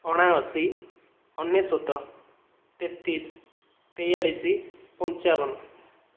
ଅଣାଅଶୀ ଅନେଶ୍ୱତ ତେତିଶ ତେୟାଳିଶ ପଞ୍ଚାବନ